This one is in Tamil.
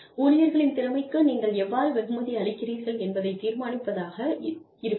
ஊழியர்களின் திறமைக்கு நீங்கள் எவ்வாறு வெகுமதி அளிக்கிறீர்கள் என்பதை தீர்மானிப்பதாக இருக்கும்